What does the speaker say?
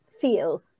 feel